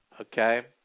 okay